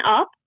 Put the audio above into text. up